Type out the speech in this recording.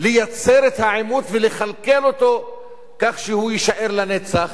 לייצר את העימות ולכלכל אותו כך שהוא יישאר לנצח.